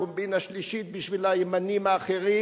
קומבינה שלישית בשביל הימנים האחרים,